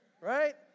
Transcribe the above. Right